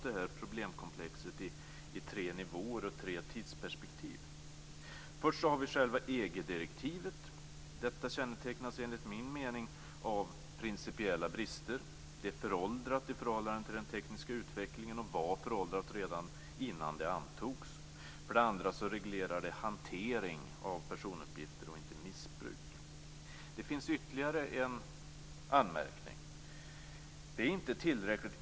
Det är dock en del i betänkandet som jag hade förhoppningar om att vi hade kunnat diskutera med ansvarig minister, men så blir det nu inte. Det är synd eftersom vi i KU hade en diskussion som kanske mer berörde regeringens uppdrag till Datainspektionen och resultatet av den snabböversyn som nu är ute på remiss.